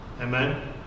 Amen